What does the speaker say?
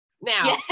Now